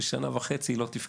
ושנה וחצי היא לא תפקדה.